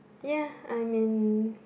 ya I'm in